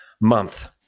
month